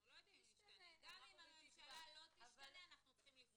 גם אם הממשלה לא תשתנה אנחנו צריכים לפעול.